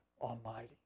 Almighty